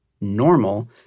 normal